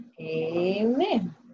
Amen